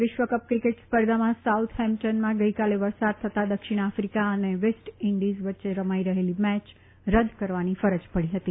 વિશ્વકપ ક્રિકેટ સ્પર્ધામાં સાઉથ હેમ્પટનમાં ગઇકાલે વરસાદ થતા દક્ષિણ આફ્રિકા અને વેસ્ટ ઇન્ડિઝ વચ્ચે રમાઇ રહેલી મેચ રદ કરવાની ફરજ પડી હતી